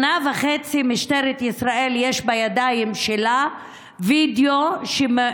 שנה וחצי יש בידיים של משטרת ישראל וידיאו שמעיד